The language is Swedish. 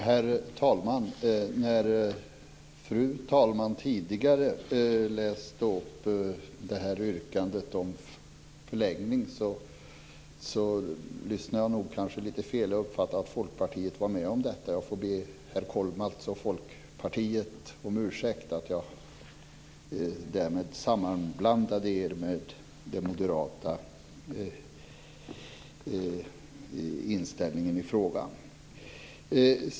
Herr talman! När fru talmannen tidigare läste upp yrkandet om förlängning lyssnade jag kanske inte tillräckligt. Jag uppfattade att Folkpartiet var med om detta. Jag får be herr Kollmats och Folkpartiet om ursäkt för att jag därmed sammanblandade Folkpartiets inställning och Moderaternas inställning i frågan. Herr talman!